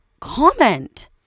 comment